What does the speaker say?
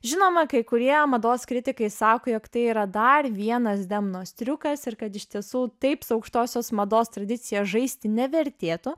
žinoma kai kurie mados kritikai sako jog tai yra dar vienas demnos triukas ir kad iš tiesų taip su aukštosios mados tradicija žaisti nevertėtų